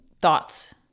thoughts